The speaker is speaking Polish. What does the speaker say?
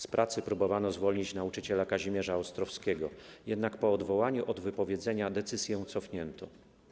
Z pracy próbowano zwolnić nauczyciela Kazimierza Ostrowskiego, jednak po odwołaniu od wypowiedzenia decyzję cofnięto.